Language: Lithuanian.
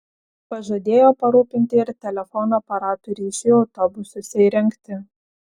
pažadėjo parūpinti ir telefono aparatų ryšiui autobusuose įrengti